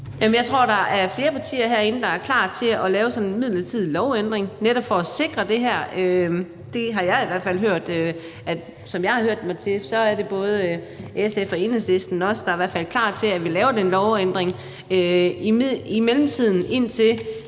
Jeg tror, der er flere partier herinde, der er klar til at lave sådan en midlertidig lovændring netop for at sikre det her. Det har jeg i hvert fald hørt. Som jeg har hørt det, er i hvert fald både SF og Enhedslisten også klar til at lave den lovændring, mens der nu